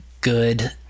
good